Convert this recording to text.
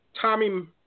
Tommy